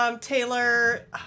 Taylor